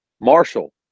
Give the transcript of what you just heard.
Marshall